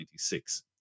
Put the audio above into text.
1996